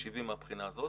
ה-80 מהבחינה הזאת.